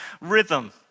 rhythm